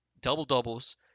double-doubles